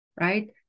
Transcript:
right